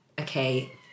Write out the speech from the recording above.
okay